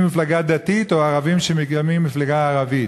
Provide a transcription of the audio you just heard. מפלגה דתית או של ערבים שמקימים מפלגה ערבית.